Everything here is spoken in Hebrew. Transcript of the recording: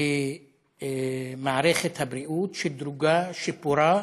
במערכת הבריאות, בשדרוגה ובשיפורה,